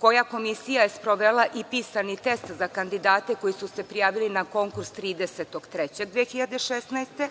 koja komisija je sprovela i pisani test za kandidate koji su se prijavili za konkurs 30. marta 2016. godine,